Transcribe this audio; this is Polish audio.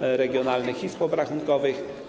regionalnych izb obrachunkowych.